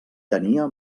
tenia